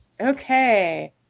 Okay